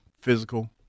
physical